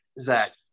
Zach